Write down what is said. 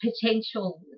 potential